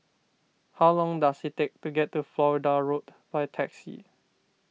how long does it take to get to Florida Road by taxi